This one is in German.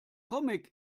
comic